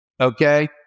Okay